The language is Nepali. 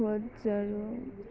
वर्डसहरू हो